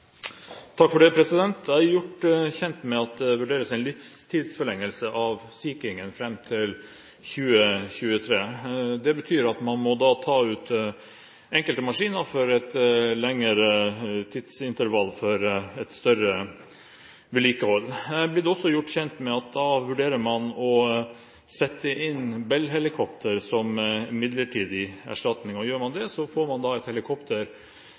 Jeg er gjort kjent med at det vurderes en livstidsforlengelse av Sea King-en fram til 2023. Det betyr at man må ta ut enkelte maskiner i et lengre tidsintervall for større vedlikehold. Jeg er også blitt gjort kjent med at man da vurderer å sette inn Bell-helikoptre som en midlertidig erstatning, og gjør man det, får man et helikopter